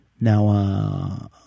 Now